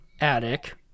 attic